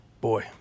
Boy